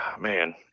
man